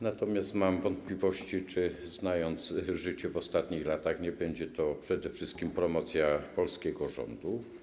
Natomiast mam wątpliwości, znając życie w ostatnich latach, czy nie będzie to przede wszystkim promocja polskiego rządu.